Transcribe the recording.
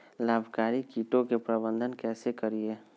लाभकारी कीटों के प्रबंधन कैसे करीये?